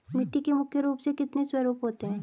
मिट्टी के मुख्य रूप से कितने स्वरूप होते हैं?